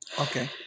Okay